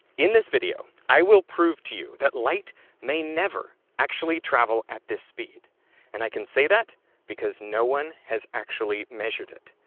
in this video, i will prove to you that light may never actually travel at this speed and i can say that because no one has actually measured it.